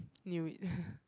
knew it